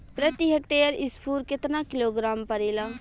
प्रति हेक्टेयर स्फूर केतना किलोग्राम परेला?